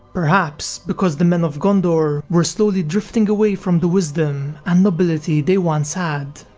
perhaps because the men of gondor were slowly drifting away from the wisdom and nobility they once had.